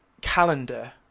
calendar